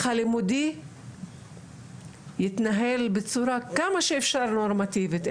הלימודי יתנהל בצורה כמה שאפשר נורמטיבית.